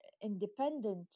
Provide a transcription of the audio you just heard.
independent